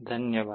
धन्यवाद